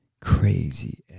Crazy